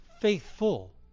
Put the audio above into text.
faithful